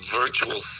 virtual